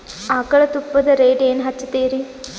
ಆಕಳ ತುಪ್ಪದ ರೇಟ್ ಏನ ಹಚ್ಚತೀರಿ?